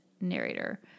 narrator